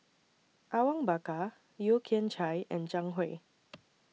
Awang Bakar Yeo Kian Chai and Zhang Hui